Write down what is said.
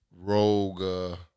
rogue